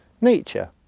nature